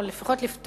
או לפחות לפתוח,